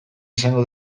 izango